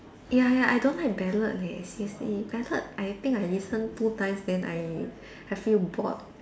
ya ya I don't like ballad leh seriously I heard I think I listen two times then I I feel bored